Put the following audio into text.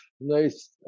nice